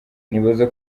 nibaza